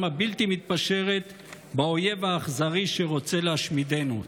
הבלתי-מתפשרת באויב האכזרי שרוצה להשמידנו.